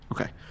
Okay